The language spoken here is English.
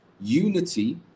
Unity